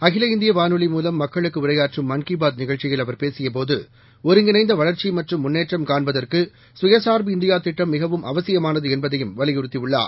அகிலஇந்தியவானொலிமூலம்மக்களுக்குஉரையாற்றும் ம ன்கிபாத்நிகழ்ச்சியில்அவர்பேசியபோது ஒருங்கிணைந்தவளர்ச்சிமற்றும்முன்னேற்றம்காண்பதற்கு சுயச்சார்புஇந்தியாதிட்டம்மிகவும்அவசியமானதுஎன்பதை யும்வலியுறுத்தியுள்ளார்